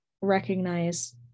recognize